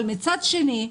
אבל מצד שני,